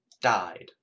died